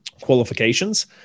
qualifications